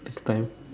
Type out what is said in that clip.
time